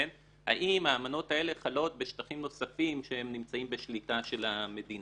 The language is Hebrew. האם האמנות האלה חלות בשטחים נוספים שנמצאים בשליטה של המדינה,